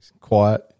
quiet